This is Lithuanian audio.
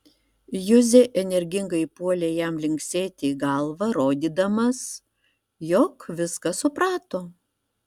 juzė energingai puolė jam linksėti galva rodydamas jog viską suprato